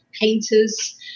painters